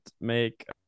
make